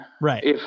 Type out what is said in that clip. Right